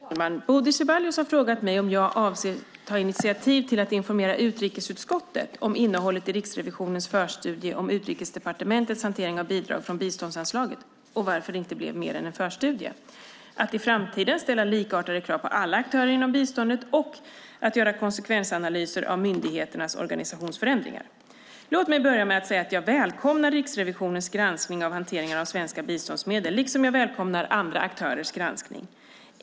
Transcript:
Fru talman! Bodil Ceballos har frågat mig om jag avser att ta initiativ till att informera utrikesutskottet om innehållet i Riksrevisionens förstudie om Utrikesdepartementets hantering av bidrag från biståndsanslaget och varför det inte blev mer än en förstudie att i framtiden ställa likartade krav på alla aktörer inom biståndet att göra konsekvensanalyser av myndigheternas organisationsförändringar. Låt mig börja med att säga att jag välkomnar Riksrevisionens granskning av hanteringen av svenska biståndsmedel, liksom jag välkomnar andra aktörers granskning.